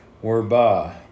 whereby